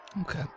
Okay